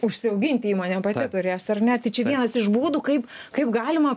užsiauginti įmonė pati turės ar ne tai čia vienas iš būdų kaip kaip galima